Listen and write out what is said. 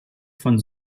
von